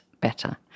better